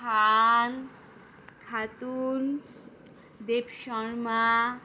Khan Khatun Debsharma